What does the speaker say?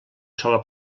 sola